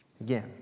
Again